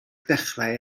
dechrau